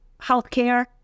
healthcare